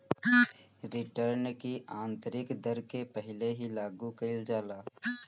return की आतंरिक दर के पहिले ही लागू कईल जाला